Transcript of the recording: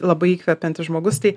labai įkvepiantis žmogus tai